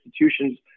institution's